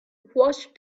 watched